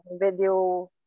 video